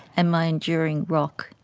and my enduring rock,